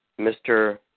Mr